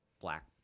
black